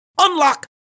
unlock